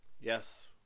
Yes